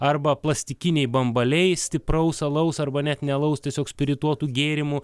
arba plastikiniai bambaliai stipraus alaus arba net ne alaus tiesiog spirituotų gėrimų